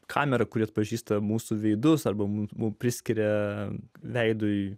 kamera kuri atpažįsta mūsų veidus arba mums priskiria veidui